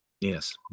Yes